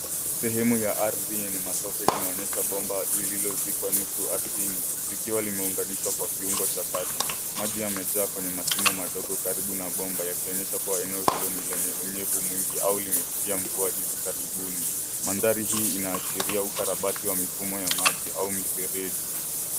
Sehemu ya ardhi yenye matope inaonyesha bomba lililozikwa nusu chini ardhini likiwa limeunganishwa kwa kiungo cha kati. Maji yamejaa kwenye mashimo madogo karibu na bomba yakionyesha kuwa eneo hilo ni lenye unyevu mwingi au limepitia mvua hivi karibuni. Mandhari hii inaashiria ukarabati wa mifumo ya maji au mifereji.